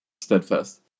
steadfast